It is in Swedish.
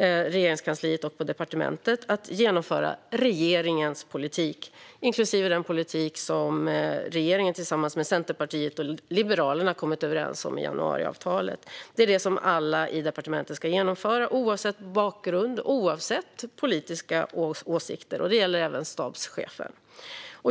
Regeringskansliet och departementet har hon till uppgift att genomföra regeringens politik, inklusive den politik regeringen tillsammans med Centerpartiet och Liberalerna har kommit överens om genom januariavtalet. Det är det alla i departementet ska göra, oavsett bakgrund och oavsett politiska åsikter, och det gäller även stabschefen.